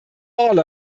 all